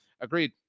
Agreed